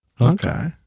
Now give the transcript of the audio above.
Okay